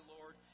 Lord